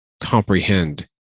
comprehend